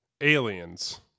aliens